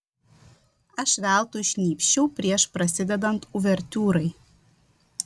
aš veltui šnypščiau prieš prasidedant uvertiūrai